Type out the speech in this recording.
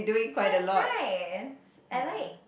but it's nice I like